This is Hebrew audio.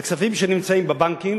אלו כספים שנמצאים בבנקים,